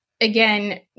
again